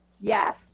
Yes